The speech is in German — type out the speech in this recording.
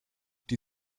die